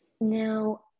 now